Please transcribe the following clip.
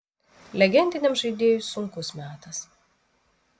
legendiniam žaidėjui sunkus metas